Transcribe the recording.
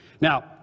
Now